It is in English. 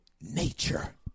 nature